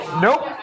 Nope